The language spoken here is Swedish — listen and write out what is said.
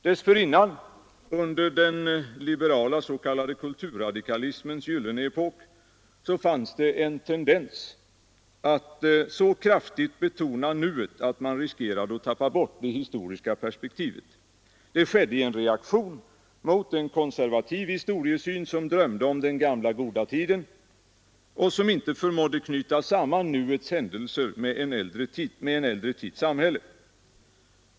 Dessförinnan, under den liberala s.k. kulturradikalismens gyllene epok, fanns det en tendens att så kraftigt betona nuet att man riskerade att tappa bort det historiska perspektivet. Det skedde i reaktion mot en konservativ historiesyn som drömde om ”den gamla goda tiden” och som inte förmådde knyta samman nuets händelser med en äldre tids samhälle.